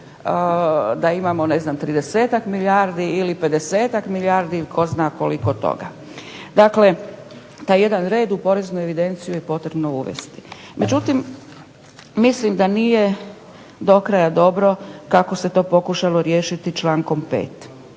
da imamo ne znam tridesetak milijardi ili pedesetak milijardi ili tko zna koliko toga. Dakle, taj jedan red u poreznu evidenciju je potrebno uvesti. Međutim, mislim da nije do kraja dobro kako se to pokušalo riješiti člankom 5.